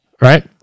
Right